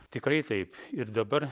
tikrai taip ir dabar